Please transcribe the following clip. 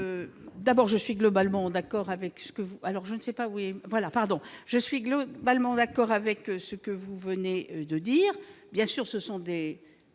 D'abord, je suis globalement d'accord avec ce que vous venez de dire. Ce sont des